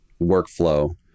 workflow